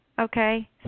Okay